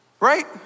Right